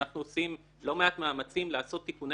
אנחנו עושים לא מעט מאמצים לעשות תיקוני